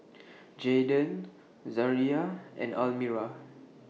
Jaeden Zaria and Almira